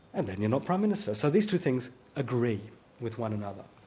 and then you're not prime minister. so these two things agree with one another.